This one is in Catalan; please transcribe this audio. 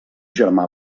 germà